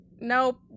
nope